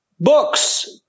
books